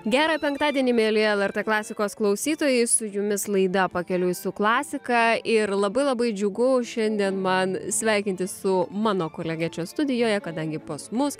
gera penktadienį mieli lrt klasikos klausytojai su jumis laida pakeliui su klasika ir labai labai džiugu šiandien man sveikintis su mano kolege čia studijoje kadangi pas mus